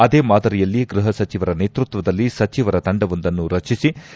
ಅದೇ ಮಾದರಿಯಲ್ಲಿ ಗೃಹ ಸಚಿವರ ನೇತೃತ್ವದಲ್ಲಿ ಸಚಿವರ ತಂಡವೊಂದನ್ನು ರಚಿಸಿದ್ದು